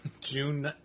June